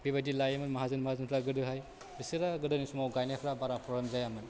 बेबायदि लायोमोन माहाजोन माहाजोनफ्रा गोदोहाय बिसोरा गोदोनि समाव गायनायफोरा बारा प्रब्लेम जायामोन